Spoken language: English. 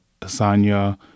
Asanya